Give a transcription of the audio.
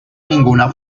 ninguna